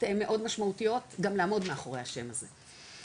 מאוד משמעותיות גם לעמוד מאחורי השם הזה.